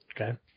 okay